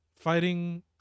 fighting